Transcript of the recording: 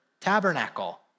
tabernacle